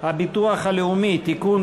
הביטוח הלאומי (תיקון,